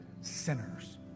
sinners